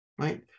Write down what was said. right